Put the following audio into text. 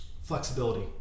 flexibility